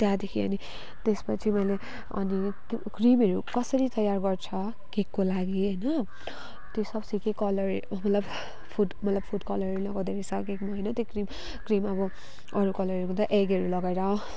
त्यहाँदेखि अनि त्यसपछि मैले अनि क्रिमहरू कसरी तयार गर्छ केकको लागि होइन त्यो सब सिकेँ कलर मतलब फुड मतलब फुड कलरहरू लगाउँदो रहेछ केकमा होइन त्यो क्रिम अब अरू कलरहरूको त एगहरू लगाएर